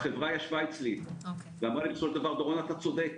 החברה ישבה אצלי, ואמרה: אתה צודק.